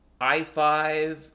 I-5